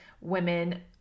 women